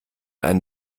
ein